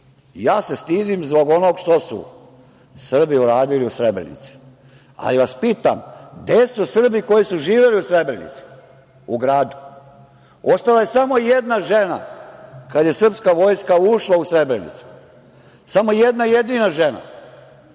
se stidim zbog ono što su Srbi u radili u Srebrenici. Ali, pitam vas, gde su Srbi koji su živeli u Srebrenici, u gradu? Ostala je samo jedna žena kada je srpska vojska ušla u Srebrenicu. Samo jedna jedina žena